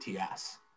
ATS